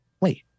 Wait